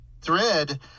thread